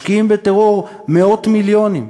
משקיעים בטרור מאות מיליונים.